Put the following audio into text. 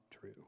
true